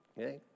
okay